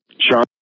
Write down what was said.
Sean